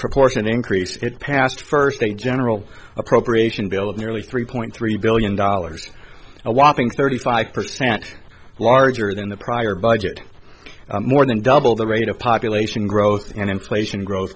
proportion increase it past first a general appropriation bill of nearly three point three billion dollars a whopping thirty five percent larger than the prior budget more than double the rate of population growth and inflation gro